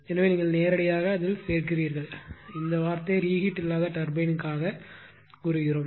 எனவே நீங்கள் நேரடியாக அதில் சேர்கிறீர்கள் இந்த வார்த்தை ரீகீட் இல்லாத டர்பின் க்காக சொன்னோம்